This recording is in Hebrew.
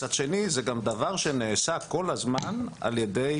מצד שני, זה גם דבר שנעשה כל הזמן על ידי